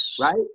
right